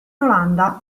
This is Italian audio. olanda